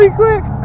quick